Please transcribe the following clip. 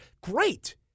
Great